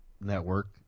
network